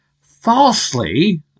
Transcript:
falsely